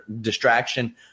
distraction